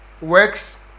Works